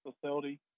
facility